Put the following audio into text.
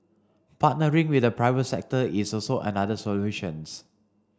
partnering with the private sector is also another solutions